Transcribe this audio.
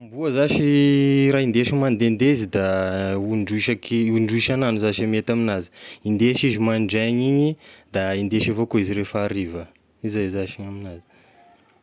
Gn'amboa zashy raha indesy mandendeha izy da on-ndroy isaky on-droy isan'andro zashy e mety amin'azy, indesy izy mandraigna igny, da indesy avao koa izy rehefa hariva, izay zashy ny amin'azy.